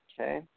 Okay